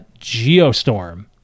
Geostorm